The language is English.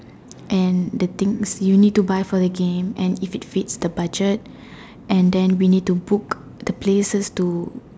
and the things you need to buy for the game and if it fits the budget and then we need to book the places to